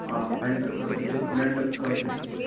آ وِنٹر خٲطرٕ تہِ وِنٹر خٲطرٕ تہِ چھُ